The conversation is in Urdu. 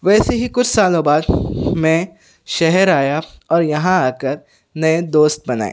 ویسے ہی کچھ سالوں بعد میں شہر آیا اور یہاں آ کر نئے دوست بنائے